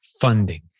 funding